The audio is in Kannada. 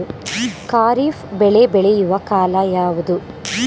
ಖಾರಿಫ್ ಬೆಳೆ ಬೆಳೆಯುವ ಕಾಲ ಯಾವುದು?